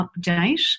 Update